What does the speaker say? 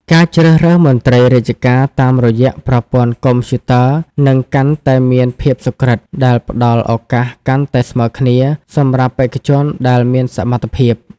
ការជ្រើសរើសមន្ត្រីរាជការតាមរយៈប្រព័ន្ធកុំព្យូទ័រនឹងកាន់តែមានភាពសុក្រឹត ដែលផ្តល់ឱកាសកាន់តែស្មើគ្នាសម្រាប់បេក្ខជនដែលមានសមត្ថភាព។